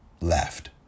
left